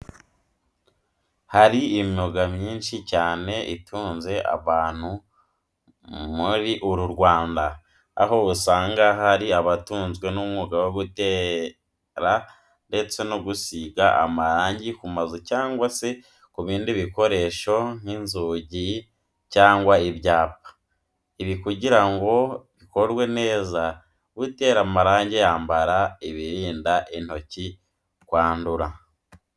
Hari imyuga myinshi cyane itunze abantu muri uru Rwanda, aho usanga hari abatunzwe n'umwuga wo gutera ndetse no gusiga amarangi ku mazu cyangwa se ku bindi bikoresho nk'inzujyi cyangwa ibyapa. Ibi kugira ngo bikorwe neza utera amarangi yambara ibirinda intoki kwandura.